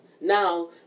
Now